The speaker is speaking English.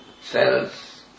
Cells